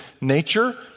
nature